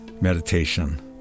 meditation